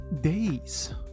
days